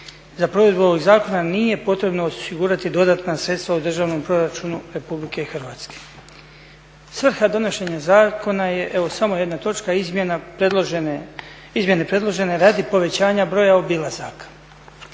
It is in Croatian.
za provedbu ovog zakona nije potrebno osigurati dodatna sredstva u državnom proračunu Republike Hrvatske. Svrha donošenja zakona je, evo samo jedna točka izmjena predložene, izmjene predložene radi povećanja broja obilazaka.